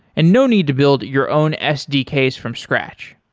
and no need to build your own sdks from scratch.